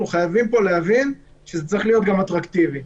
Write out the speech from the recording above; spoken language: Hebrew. חייבים להבין פה שזה צריך להיות אטרקטיבי.